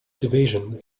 division